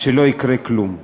לא יקרה כלום.